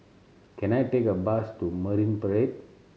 can I take a bus to Marine Parade